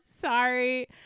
sorry